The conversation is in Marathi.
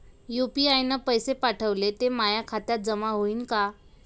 यू.पी.आय न पैसे पाठवले, ते माया खात्यात जमा होईन का?